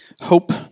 Hope